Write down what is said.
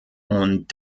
und